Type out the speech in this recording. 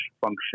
function